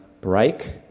break